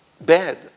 bad